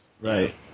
Right